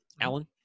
Alan